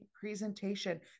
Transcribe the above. presentation